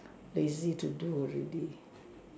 easy to do really